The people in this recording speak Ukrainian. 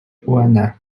унр